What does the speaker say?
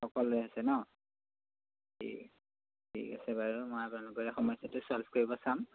সকলোৰে হৈছে ন ঠিক আছে ঠিক আছে বাৰু মই আপোনালোকৰ এই সমস্যাটো ছল্ভ কৰিব চাম